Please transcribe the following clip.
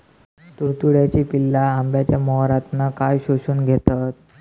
तुडतुड्याची पिल्ला आंब्याच्या मोहरातना काय शोशून घेतत?